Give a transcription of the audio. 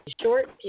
short